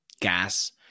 gas